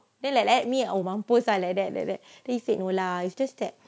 then like let me oh mampus ah like that like that then he said no lah it's just that